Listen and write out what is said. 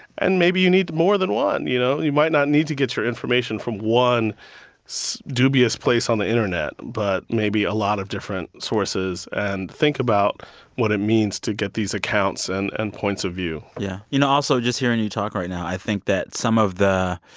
and maybe you need more than one, you know? you might not need to get your information from one so dubious place on the internet, but maybe a lot of different sources and think about what it means to get these accounts and and points of view yeah. you know, also just hearing you talk right now, i think that some of the